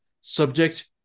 subject